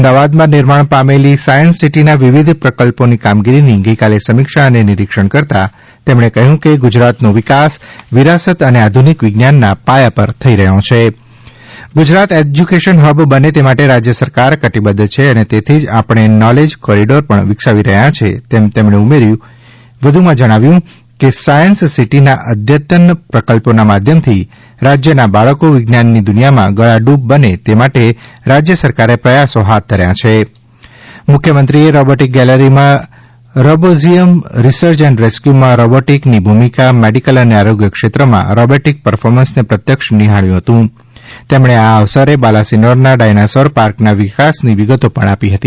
અમદાવાદમાં નિર્માણ પામેલી સાયન્સ સિટીના વિવિધ પ્રકલ્પોની કામગીરીની ગઈકાલે સમીક્ષા અને નિરીક્ષણ કરતા તેમને કહ્યું કે ગુજરાતનો વિકાસ વિરાસત અને આધુનિક વિજ્ઞાનના પાયા પર થઈ રહ્યો છે ગુજરાત એજ્યુકેશન હબ બને તે માટે રાજ્ય સરકાર કટિબદ્વ છે અને તેથી જ આપણે નોલેજ કોરિડોર પણ વિકસાવી રહ્યા છીએ તેમ તેમણે ઉમેરી વધુમાં જણાવ્યું કે સાયન્સ સિટીના અદ્યતન પ્રકલ્પોના માધ્યમથી રાજ્યના બાળકો વિજ્ઞાનની દુનિયામાં ગળાડૂબ બને તે માટે રાજ્ય સરકારે પ્રયાસો હાથ ધર્યા છે મુખ્યમંત્રીશ્રીએ રોબોટિક ગેલેરીમાં રોબોઝીયમ રિસર્ચ એન્ડ રેસ્કયૂમાં રોબોટિકની ભૂમિકા મેડિકલ અને આરોગ્યક્ષેત્રમાં રોબોટિક પર્ફોર્મન્સને પ્રત્યક્ષ નિહાળ્યું હતું તેમણે આ અવસરે બાલાસિનોરના ડાયનાસોર પાર્કના વિકાસની વિગતો પણ આપી હતી